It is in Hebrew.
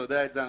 אתה יודע את זה,